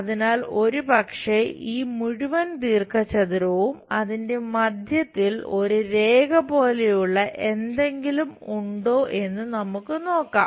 അതിനാൽ ഒരുപക്ഷേ ഈ മുഴുവൻ ദീർഘചതുരവും അതിന്റെ മധ്യത്തിൽ ഒരു രേഖ പോലെയുള്ള എന്തെങ്കിലും ഉണ്ടോ എന്ന് നമുക്ക് നോക്കാം